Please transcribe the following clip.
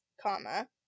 comma